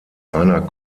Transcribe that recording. einer